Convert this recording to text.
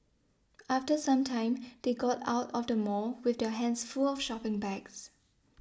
after some time they got out of the mall with their hands full of shopping bags